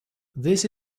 this